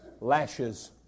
lashes